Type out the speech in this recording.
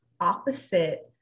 opposite